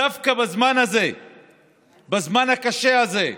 דווקא בזמן הקשה הזה,